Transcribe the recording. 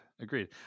agreed